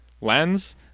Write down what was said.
lens